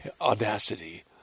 Audacity